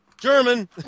German